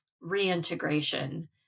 reintegration